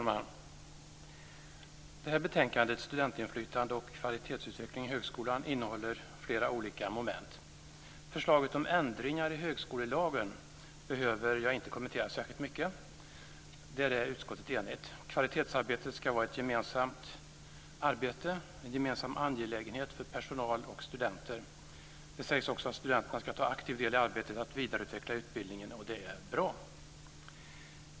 Fru talman! Betänkandet Studentinflytande och kvalitetsutveckling m.m. i högskolan innehåller flera olika moment. Förslaget om ändringar i högskolelagen behöver jag inte kommentera särskilt mycket. Där är utskottet enigt. Kvalitetsarbetet ska vara en gemensam angelägenhet för personal och studenter. Det sägs också att studenterna ska ta aktiv del i arbetet att vidareutveckla utbildningen, och det är bra.